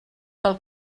pel